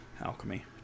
alchemy